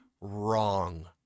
wrong